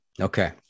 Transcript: okay